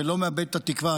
ולא מאבדת את התקווה.